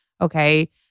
Okay